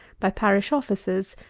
by parish officers,